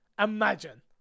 imagine